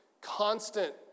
constant